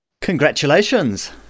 Congratulations